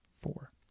four